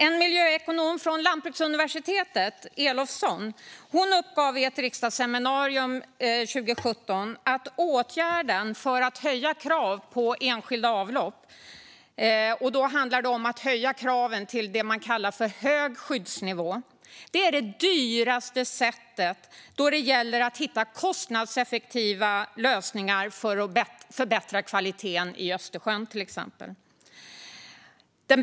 En miljöekonom vid Sveriges lantbruksuniversitet, Elofsson, uppgav vid ett riksdagsseminarium 2017 att åtgärden att höja kraven på enskilda avlopp till det man kallar hög skyddsnivå är det dyraste sättet när det gäller att hitta kostnadseffektiva lösningar för förbättrad vattenkvalitet i till exempel Östersjön.